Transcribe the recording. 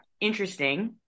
interesting